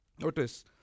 Notice